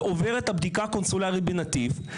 ועובר את הבדיקה הקונסולרית בנתיב,